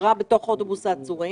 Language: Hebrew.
שקרה בתוך אוטובוס העצורים,